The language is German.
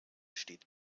steht